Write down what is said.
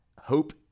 Hope